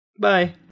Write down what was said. Bye